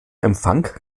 empfang